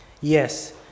Yes